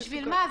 בשביל מה,